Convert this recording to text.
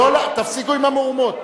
תפסיקו עם המהומות.